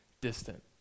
distant